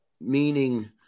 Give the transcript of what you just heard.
meaning